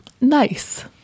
nice